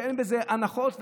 ואין בזה הנחות,